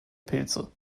pilze